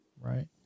right